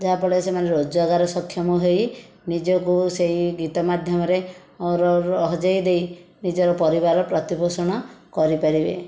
ଯାହାଫଳରେ ସେମାନେ ରୋଜଗାର ସକ୍ଷମ ହୋଇ ନିଜକୁ ସେହି ଗୀତ ମାଧ୍ୟମରେ ହଜେଇ ଦେଇ ନିଜର ପରିବାର ପ୍ରତିପୋଷଣ କରିପାରିବେ